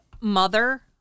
mother